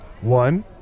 one